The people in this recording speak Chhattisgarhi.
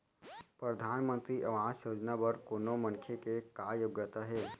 परधानमंतरी आवास योजना बर कोनो मनखे के का योग्यता हे?